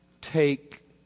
take